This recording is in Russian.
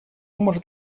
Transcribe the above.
может